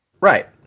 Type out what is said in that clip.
Right